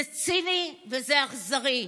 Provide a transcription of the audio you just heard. זה ציני וזה אכזרי.